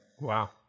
Wow